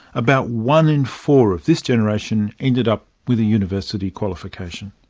about one in four of this generation ended up with a university qualification.